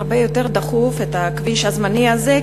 הרבה יותר דחוף הכביש הזמני הזה,